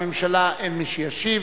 הממשלה אין מי שישיב.